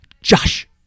josh